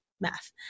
math